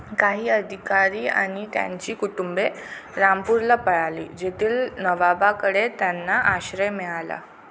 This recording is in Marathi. काही अधिकारी आणि त्यांची कुटुंबे रामपूरला पळाली जेथील नवाबाकडे त्यांना आश्रय मिळाला